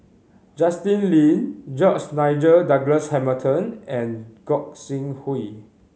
Justin Lean George Nigel Douglas Hamilton and Gog Sing Hooi